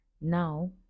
now